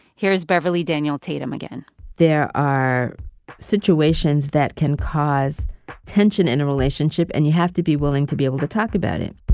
here's beverly daniel tatum again there are situations that can cause tension in a relationship, and you have to be willing to be able to talk about it.